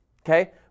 okay